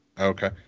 Okay